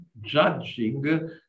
judging